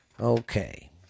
Okay